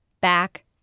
back